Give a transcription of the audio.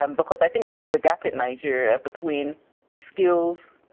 um because i think that there's a gap in nigeria between the skills